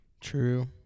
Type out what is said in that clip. True